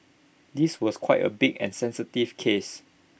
this was quite A big and sensitive case